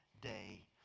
day